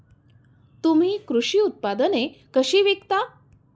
तुम्ही कृषी उत्पादने कशी विकता?